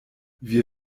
wir